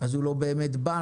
אז הוא לא באמת בנק.